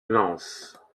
lens